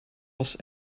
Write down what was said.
was